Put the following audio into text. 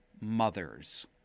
mothers